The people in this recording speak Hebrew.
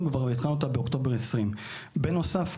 בה והתחלנו אותה באוקטובר 2020. בנוסף,